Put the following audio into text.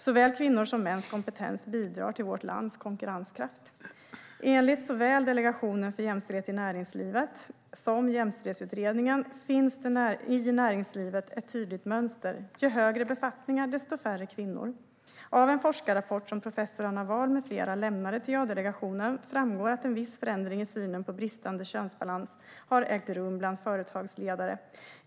Såväl kvinnors som mäns kompetens bidrar till vårt lands konkurrenskraft. Enligt såväl Delegationen för jämställdhet i näringslivet, JA-delegationen, som Jämställdhetsutredningen finns det i näringslivet ett tydligt mönster: ju högre befattningar, desto färre kvinnor. Av en forskarrapport som professor Anna Wahl med flera lämnade till JA-delegationen framgår att en viss förändring i synen på bristande könsbalans har ägt rum bland företagsledare.